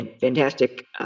fantastic